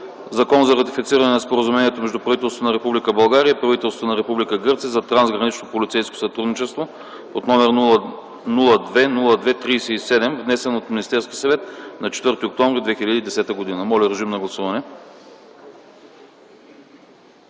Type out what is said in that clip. Закон за ратифициране на Споразумението между правителството на Република България и правителството на Република Гърция за трансгранично полицейско сътрудничество, № 002-02-37, внесен от Министерския съвет на 4 октомври 2010 г. Гласували